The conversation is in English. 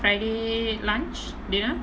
friday lunch dinner